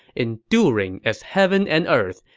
enduring as heaven and earth,